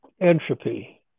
entropy